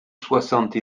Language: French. soixante